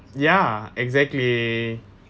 ya exactly